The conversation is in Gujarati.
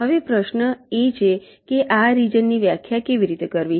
હવે પ્રશ્ન એ છે કે આ રિજન ની વ્યાખ્યા કેવી રીતે કરવી